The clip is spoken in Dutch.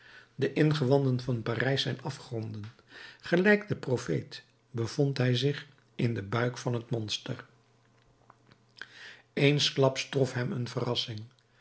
de ingewanden van parijs zijn afgronden gelijk de profeet bevond hij zich in den buik van het monster eensklaps trof hem een verrassing